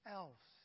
else